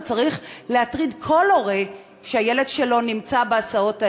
זה צריך להטריד כל הורה שהילד שלו נמצא בהסעות האלה,